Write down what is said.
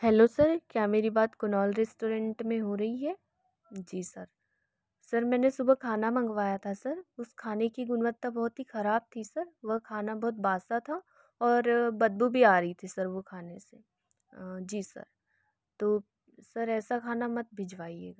hello sir क्या मेरी बात कुनाल रेस्टोरेंट में हो रही है जी सर सर मैंने सुबह खाना मंगवाया था सर उस खाने की गुणवत्ता बहुत ही ख़राब थी सर वह खाना बहुत बासी था और बदबू भी आ रही थी सर वो खाने से जी सर तो सर ऐसा खाना मत भिजवाइएगा